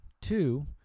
Two